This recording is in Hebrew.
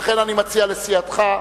לכן, אני מציע לסיעתך: